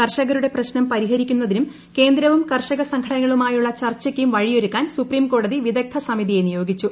കർഷകരുടെ പ്രശ്നം പരിഹരിക്കുന്നതിന് കേന്ദ്രവും കർഷക സംഘടനകളുമായുളള ചർച്ചയ്ക്കും വഴിയൊരുക്കാൻ സുപ്രീം കോടതി വിദഗ്ദ്ധ സമിതിയെ നിയോഗിച്ചു